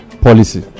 policy